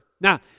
Now